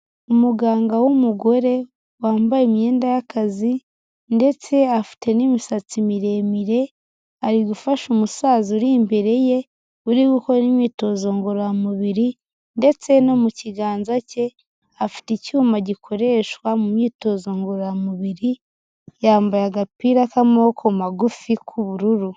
Umuganga w'umugore wambaye imyenda y'akazi, ndetse afite n'imisatsi miremire, ari gufasha umusaza uri imbere ye, uri gukora imyitozo ngororamubiri, ndetse no mu kiganza cye, afite icyuma gikoreshwa mu myitozo ngororamubiri, yambaye agapira k'amaboko magufi k'ubururu.